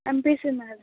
MPC madam